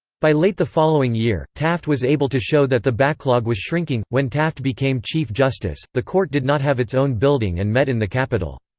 by late the following year, taft was able to show that the backlog was shrinking when taft became chief justice, the court did not have its own building and met in the capitol.